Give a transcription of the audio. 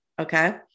Okay